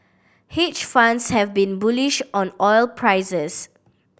hedge funds have been bullish on oil prices